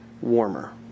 warmer